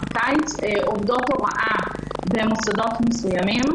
הקיץ עובדות הוראה במוסדות מסוימים,